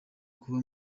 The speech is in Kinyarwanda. kuba